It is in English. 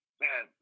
man